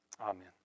Amen